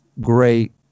great